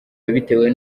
yabitewe